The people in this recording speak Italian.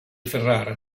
ferrara